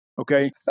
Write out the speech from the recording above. Okay